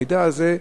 המידע הזה,